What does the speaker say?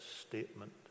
statement